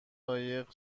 قایق